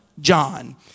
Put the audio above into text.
John